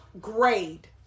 grade